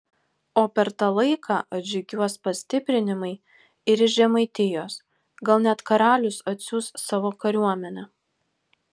o per tą laiką atžygiuos pastiprinimai ir iš žemaitijos gal net karalius atsiųs savo kariuomenę